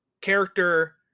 character